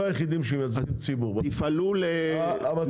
סיימתי את הישיבה.